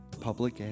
Public